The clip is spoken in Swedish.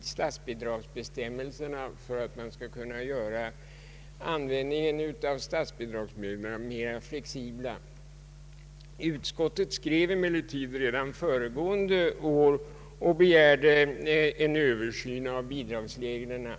statsbidragsbestämmelserna för att man skall kunna göra användningen av statsbidragsmedlen mera flexibel. Utskottet begärde emellertid redan föregående år en översyn av bidragsreglerna.